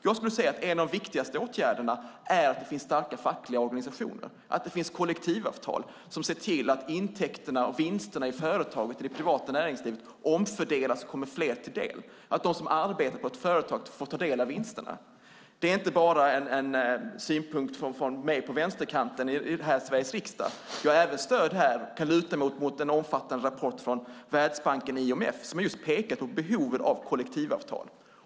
Jag skulle säga att en av de viktigaste åtgärderna är att stödja starka fackliga organisationer och kollektivavtal som ser till att intäkterna och vinsterna i företagen i det privata näringslivet omfördelas och kommer fler till del, att de som arbetar på ett företag får ta del av vinsterna. Detta är inte bara en synpunkt från mig på vänsterkanten i Sveriges riksdag. Jag har även stöd av och kan luta mig mot en omfattande rapport från Världsbanken och IMF som har pekat på behoven av just kollektivavtal.